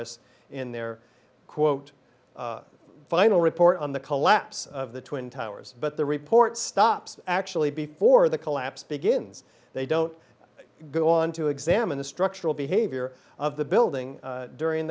us in their quote the final report on the collapse of the twin towers but the report stops actually before the collapse begins they don't go on to examine the structural behavior of the building during